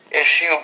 issue